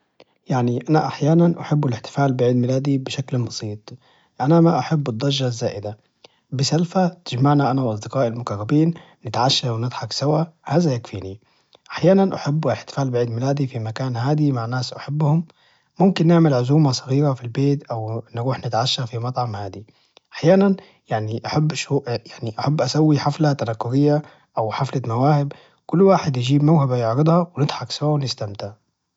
يعني أنا أحيانا أحب الإحتفال بعيد ميلادي بشكل بسيط أنا ما أحب الضجة الزائدة بسالفه تجمعنا أنا وأصدقائي المقربين نتعشى ونضحك سوى هذا يكفيني أحيانا أحب الإحتفال بعيد ميلادي في مكان هادي مع ناس أحبهم ممكن نعمل عزومة صغيرة في البيت أو نروح نتعشى في مطعم هادي أحيانا يعني أحب شهو يعني أحب أسوي حفلة تنكريه أو حفلة مواهب كل واحد يجيب موهبة يعرضها ونضحك سوى ونستمتع